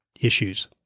issues